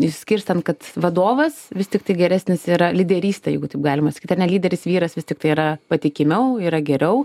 išskirstant kad vadovas vis tiktai geresnis yra lyderystėj jeigu taip galima sakyt ane lyderis vyras vis tiktai yra patikimiau yra geriau